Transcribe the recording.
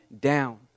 down